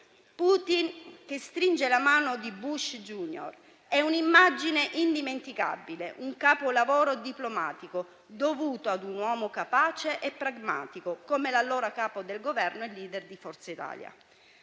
Putin che stringe la mano di Bush *junior* è una immagine indimenticabile, un capolavoro diplomatico dovuto a un uomo capace e pragmatico come l'allora Capo del Governo e *leader* di Forza Italia.